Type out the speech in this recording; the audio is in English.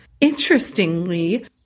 Interestingly